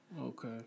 Okay